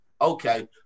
Okay